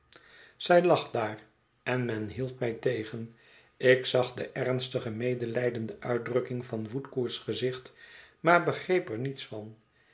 zij lag daar en men hield mij tegen ik zag de ernstige medelijdende uitdrukking van woodcourt's gezicht maar begreep er niets van